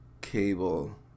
cable